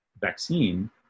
vaccine